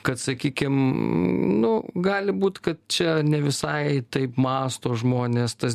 kad sakykim nu gali būt kad čia ne visai taip mąsto žmonės tas